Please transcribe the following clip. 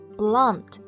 blunt